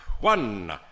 one